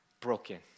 broken